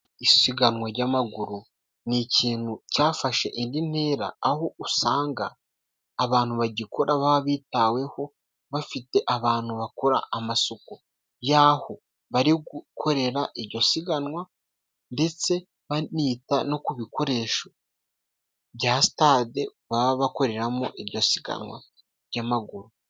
Isiganwa jy'amaguru ni ikintu cyafashe indi ntera, aho usanga abantu bagikora baba bitaweho, bafite abantu bakora amasuku y'aho bari gukorera iryo siganwa. Ndetse banita no ku bikoresho bya sitade, baba bakoreramo iryo siganwa ry'amaguru.